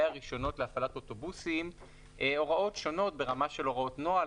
הרישיונות להפעלת אוטובוסים הוראות שונות ברמה של הוראות נוהל,